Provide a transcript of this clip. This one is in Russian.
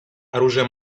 оружия